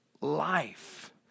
life